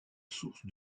source